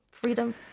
freedom